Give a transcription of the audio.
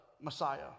Messiah